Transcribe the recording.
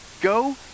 go